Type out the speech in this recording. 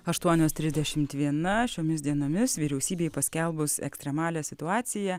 aštuonios trisdešimt viena šiomis dienomis vyriausybei paskelbus ekstremalią situaciją